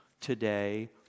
today